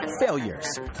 failures